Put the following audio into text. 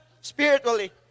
spiritually